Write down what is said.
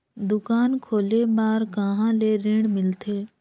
दुकान खोले बार कहा ले ऋण मिलथे?